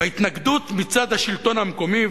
וההתנגדות מצד השלטון המקומי,